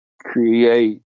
Create